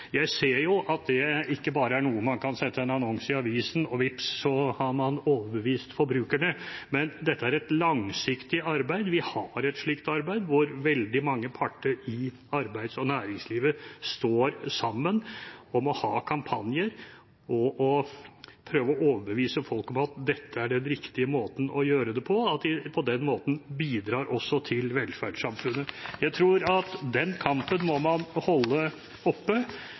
Jeg ser jo at det ikke bare er noe man bare kan sette inn en annonse i avisen om, og vips, så har man overbevist forbrukerne. Dette er et langsiktig arbeid – og vi har et slikt arbeid, hvor veldig mange parter i arbeids- og næringslivet står sammen om å ha kampanjer og å prøve å overbevise folk om at dette er den riktige måten å gjøre det på, og at de på den måten også bidrar til velferdssamfunnet. Jeg tror at den kampen må man holde oppe,